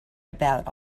about